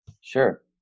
Sure